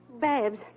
Babs